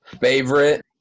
Favorite